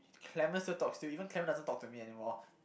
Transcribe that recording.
Clement still talks to you even Clement doesn't talk to me anymore